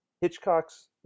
Hitchcock's